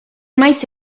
maiz